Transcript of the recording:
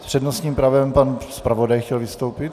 S přednostním právem pan zpravodaj chtěl vystoupit.